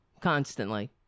constantly